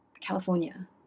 California